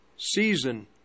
season